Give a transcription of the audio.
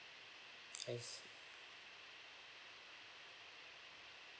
I see